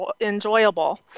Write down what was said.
enjoyable